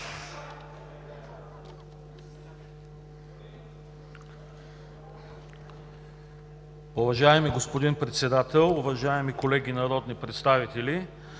Уважаеми господин Председател, уважаеми колеги народни представители!